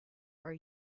are